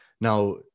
Now